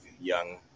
young